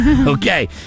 Okay